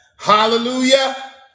Hallelujah